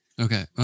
Okay